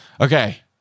Okay